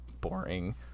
boring